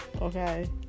Okay